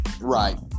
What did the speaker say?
Right